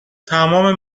تمام